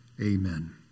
amen